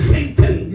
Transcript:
Satan